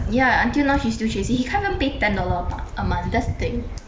ya until now she's still chasing he can't even pay ten dollars a p~ a month that's the thing